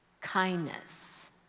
kindness